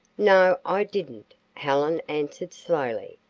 no, i didn't, helen answered slowly,